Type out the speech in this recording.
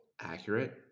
accurate